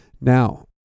Now